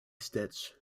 stitch